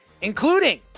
including